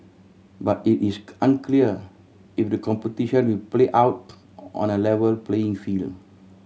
but it is unclear if the competition will play out on a level playing field